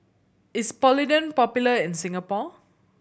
is Polident popular in Singapore